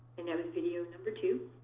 and that was video number two.